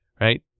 right